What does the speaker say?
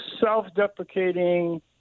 self-deprecating